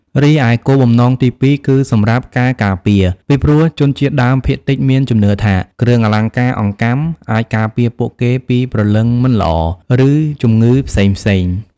រីឯគោលបំណងទីពីរ គឺសម្រាប់ ការការពារ ពីព្រោះជនជាតិដើមភាគតិចមានជំនឿថា គ្រឿងអលង្ការអង្កាំអាចការពារពួកគេពីព្រលឹងមិនល្អ ឬជំងឺផ្សេងៗ។